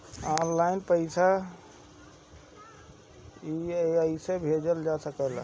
आन line पईसा कईसे भेजल जा सेकला?